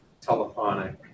telephonic